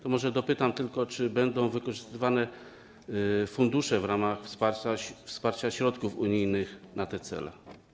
To może dopytam tylko: Czy będą wykorzystywane fundusze w ramach wsparcia środków unijnych na te cele?